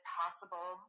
possible